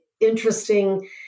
interesting